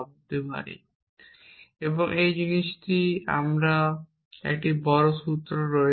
এবং এই জিনিসটি এবং এই জিনিসটির একটি বড় সূত্র রয়েছে